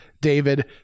david